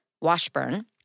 Washburn